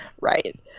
right